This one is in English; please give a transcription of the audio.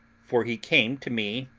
for he came to me,